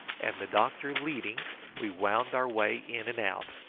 and the doctor leading we wound our way in and out,